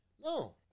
No